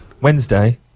Wednesday